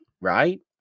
right